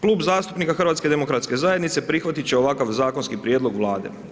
Klub zastupnika HDZ-a prihvatit će ovakav Zakonski prijedlog Vlade.